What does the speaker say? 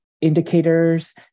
indicators